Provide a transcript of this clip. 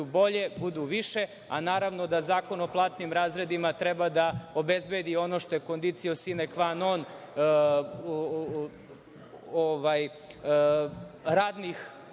bolje, budu više. Naravno, zakon o platnim razredima treba da obezbedi ono što „kondicio sine kva non“ radnih